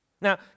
Now